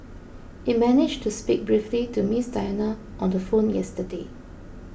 it managed to speak briefly to Miss Diana on the phone yesterday